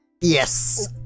yes